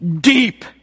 deep